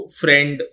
friend